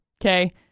Okay